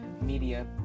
media